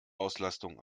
auslastung